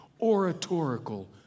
oratorical